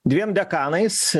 dviem dekanais